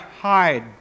hide